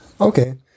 Okay